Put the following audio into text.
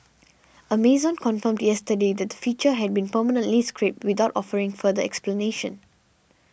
Amazon confirmed yesterday that the feature had been permanently scrapped without offering further explanation